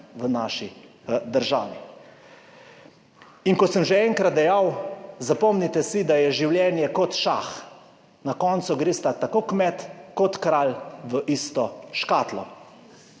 v naši državi. In kot sem že enkrat dejal. Zapomnite si, da je življenje kot šah, na koncu gresta tako kmet kot kralj v isto škatlo.